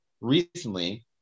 recently